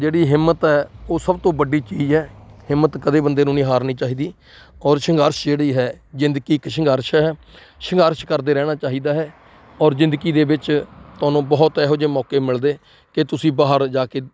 ਜਿਹੜੀ ਹਿੰਮਤ ਹੈ ਉਹ ਸਭ ਤੋਂ ਵੱਡੀ ਚੀਜ਼ ਹੈ ਹਿੰਮਤ ਕਦੇ ਬੰਦੇ ਨੂੰ ਨਹੀਂ ਹਾਰਨੀ ਚਾਹੀਦੀ ਔਰ ਸੰਘਰਸ਼ ਜਿਹੜੀ ਹੈ ਜ਼ਿੰਦਗੀ ਇੱਕ ਸੰਘਰਸ਼ ਹੈ ਸੰਘਰਸ਼ ਕਰਦੇ ਰਹਿਣਾ ਚਾਹੀਦਾ ਹੈ ਔਰ ਜ਼ਿੰਦਗੀ ਦੇ ਵਿੱਚ ਤੁਹਾਨੂੰ ਬਹੁਤ ਇਹੋ ਜਿਹੇ ਮੌਕੇ ਮਿਲਦੇ ਕਿ ਤੁਸੀਂ ਬਾਹਰ ਜਾ ਕੇ